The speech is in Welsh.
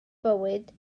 fywyd